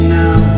now